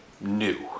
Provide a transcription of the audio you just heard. new